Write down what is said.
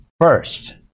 first